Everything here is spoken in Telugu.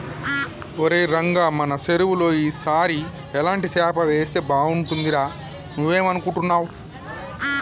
ఒరై రంగ మన సెరువులో ఈ సారి ఎలాంటి సేప వేస్తే బాగుంటుందిరా నువ్వేం అనుకుంటున్నావ్